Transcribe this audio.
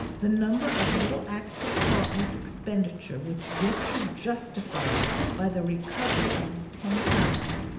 the number of little acts of thoughtless expenditure which richard justified by the recovery of his ten pounds,